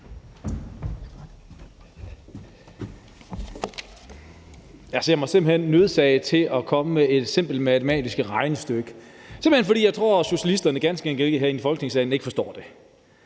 Jeg ser mig nødsaget til at komme med et simpelt matematisk regnestykke, simpelt hen fordi socialisterne herinde i Folketingssalen ikke forstår det: